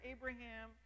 Abraham